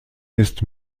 ist